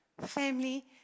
Family